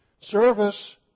Service